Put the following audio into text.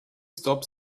stop